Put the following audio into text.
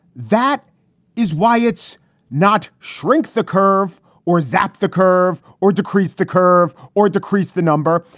that is why it's not shrink the curve or zap the curve or decrease the curve or decrease the number.